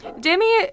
Demi